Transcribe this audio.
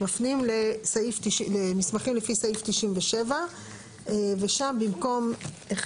מפנים למסמכים לפי סעיף 97 ושם במקום 1